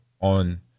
on